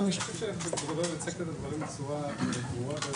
אני חושב שבגדול הצגת את הדברים בצורה ברורה.